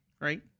right